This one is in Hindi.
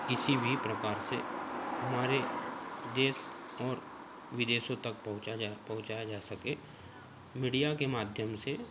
किसी भी प्रकार से हमारे देश और विदेशों तक पहुँचा जा पहुँचाया जा सके मीडिया के माध्यम से